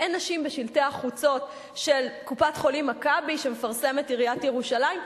אין נשים בשלטי החוצות של קופת-חולים "מכבי" שעיריית ירושלים מפרסמת,